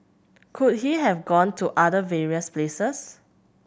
could he have gone to other various places